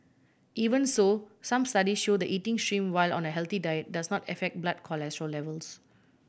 even so some study show the eating shrimp while on a healthy diet does not affect blood cholesterol levels